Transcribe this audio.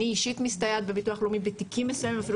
אני אישית מסתייעת בביטוח לאומי בתיקים מסוימים אפילו